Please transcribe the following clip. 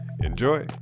Enjoy